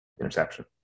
interception